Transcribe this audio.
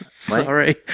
Sorry